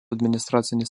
administracinis